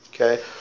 Okay